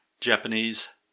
Japanese